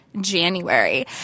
january